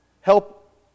Help